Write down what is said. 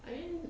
I mean